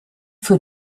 für